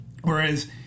whereas